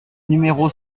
numéro